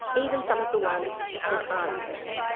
even some of the ones that aren't left.